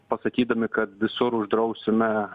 pasakydami kad visur uždrausime